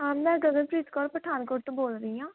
ਹਾਂ ਮੈਂ ਗਗਨਪ੍ਰੀਤ ਕੌਰ ਪਠਾਨਕੋਟ ਤੋਂ ਬੋਲ ਰਹੀ ਹਾਂ